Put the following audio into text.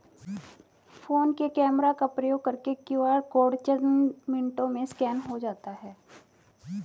phone के camera का प्रयोग करके क्यू.आर कोड चंद मिनटों में स्कैन हो जाता है